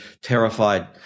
terrified